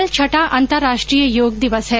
कल छठा अंतरराष्ट्रीय योग दिवस है